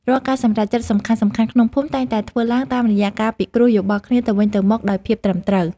រាល់ការសម្រេចចិត្តសំខាន់ៗក្នុងភូមិតែងតែធ្វើឡើងតាមរយៈការពិគ្រោះយោបល់គ្នាទៅវិញទៅមកដោយភាពត្រឹមត្រូវ។